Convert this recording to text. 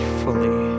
fully